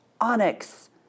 onyx